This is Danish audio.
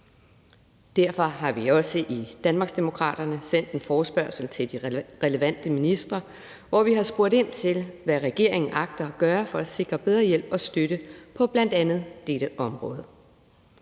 Derfor har vi også i Danmarksdemokraterne sendt en forespørgsel til de relevante ministre, hvor vi har spurgt ind til, hvad regeringen agter at gøre for at sikre bedre hjælp og støtte på bl.a. dette område.